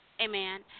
Amen